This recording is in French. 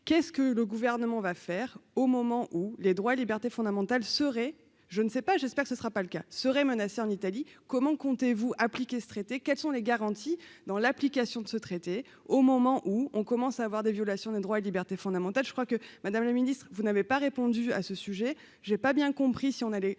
qu'est-ce que le gouvernement va faire au moment où les droits et libertés fondamentales seraient, je ne sais pas, j'espère que ce sera pas le cas seraient menacés en Italie, comment comptez-vous appliquer ce traité, quelles sont les garanties dans l'application de ce traité, au moment où on commence à avoir des violations des droits et libertés fondamentales, je crois que Madame la Ministre, vous n'avez pas répondu à ce sujet, j'ai pas bien compris si on allait